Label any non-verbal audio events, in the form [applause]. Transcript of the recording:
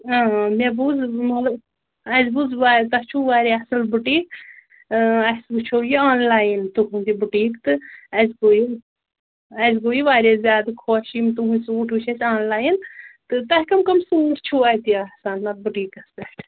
مےٚ بوٗز [unintelligible] اَسہِ بوٗز وا تۄہہِ چھُو واریاہ اَصٕل بُٹیٖک اَسہِ وٕچھو یہِ آنلاین تُہنٛد یہِ بُٹیٖک تہٕ اَسہِ گوٚو یہِ اَسہِ گوٚو یہِ واریاہ زیادٕ خۄش یِم تُہٕنٛدۍ سوٗٹ وٕچھِ اَسہِ آنلاین تہٕ تۄہہِ کَم کَم سوٗٹ چھُو اَتہِ آسان اَتھ بُٹیٖکس پٮ۪ٹھ